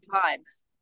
times